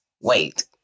Wait